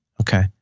Okay